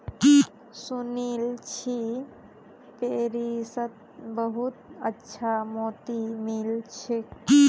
सुनील छि पेरिसत बहुत अच्छा मोति मिल छेक